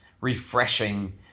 refreshing